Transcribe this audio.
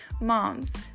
moms